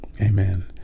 Amen